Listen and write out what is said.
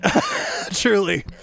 truly